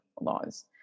laws